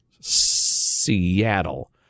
Seattle